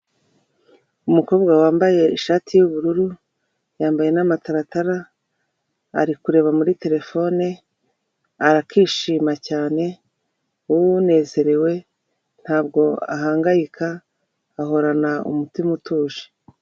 Umukobwa wambaye ishati y'ubururu yambaye n'amataratara ari kureba muri terefone arakishima cyane, unezerewe ntabwo ahangayika ahorana umutima utuje.